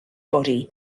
body